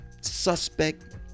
suspect